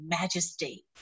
Majesty